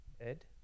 Ed